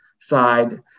side